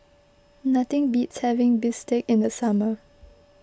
nothing beats having Bistake in the summer